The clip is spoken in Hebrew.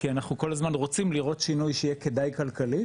כי אנחנו כל הזמן רוצים לראות שינוי שיהיה כדאי כלכלית,